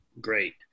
great